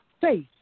faith